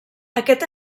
aquest